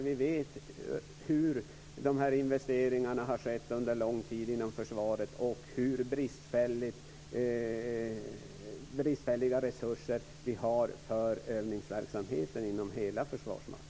Vi vet vilka investeringar man har gjort under lång tid inom försvaret och hur bristfälliga resurser man har för övningsverksamhet inom hela Försvarsmakten.